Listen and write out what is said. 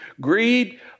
Greed